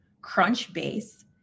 Crunchbase